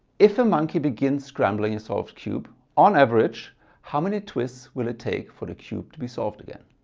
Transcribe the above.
if a monkey begins scrambling a solved cube, on average how many twists will it take for the cube to be solved again?